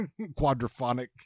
quadraphonic